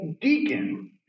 deacon